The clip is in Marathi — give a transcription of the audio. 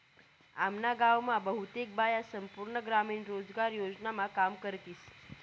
आम्ना गाव मा बहुतेक बाया संपूर्ण ग्रामीण रोजगार योजनामा काम करतीस